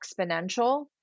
exponential